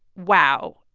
wow,